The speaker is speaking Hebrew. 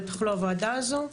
בטח לא הוועדה הזו.